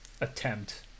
attempt